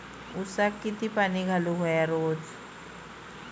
ऊसाक किती पाणी घालूक व्हया रोज?